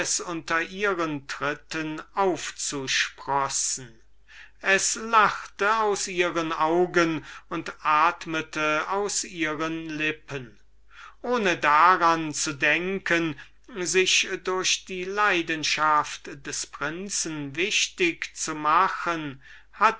unter ihren tritten aufzusprossen es lachte aus ihren augen und atmete aus ihren lippen ohne daran zu denken sich durch die leidenschaft des prinzen für sie wichtig zu machen hatte